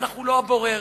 אנחנו לא הבורר.